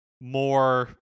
more